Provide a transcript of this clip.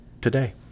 today